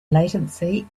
latency